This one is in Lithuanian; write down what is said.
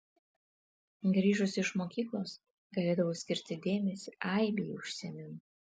grįžusi iš mokyklos galėdavau skirti dėmesį aibei užsiėmimų